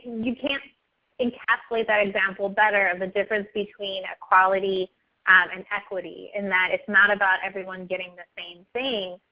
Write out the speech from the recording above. you can encapsulate that example better and the difference between equality and equity in that it's not about everyone getting the same thing,